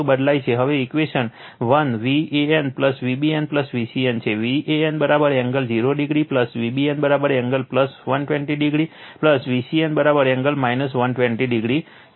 હવે equation 1 Van Vbn Vcn છે Van angle 0 o Vbn angle 120o Vcn angle 120o છે